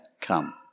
come